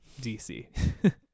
DC